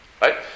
right